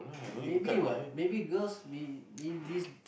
maybe what maybe girls